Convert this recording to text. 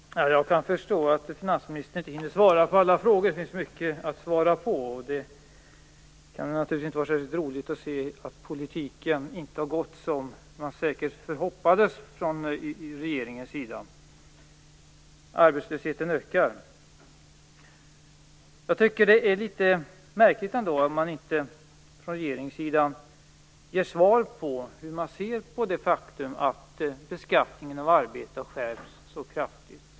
Fru talman! Jag kan förstå att finansministern inte hinner svara på alla frågor. Det finns mycket att svara på, och det kan naturligtvis inte vara särskilt roligt att se att politiken inte har gått som man säkert hoppades från regeringens sida. Arbetslösheten ökar. Jag tycker att det är litet märkligt ändå att man från regeringen inte ger svar på hur man ser på det faktum att beskattningen av arbete har skärpts så kraftigt.